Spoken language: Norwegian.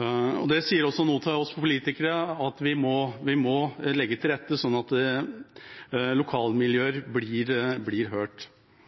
Det forteller også oss politikere at vi må legge til rette slik at lokalmiljøer blir hørt.